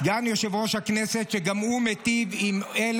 סגן שר החקלאות ופיתוח הכפר משה אבוטבול: סגן יושב-ראש הכנסת.